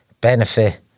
benefit